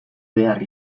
behar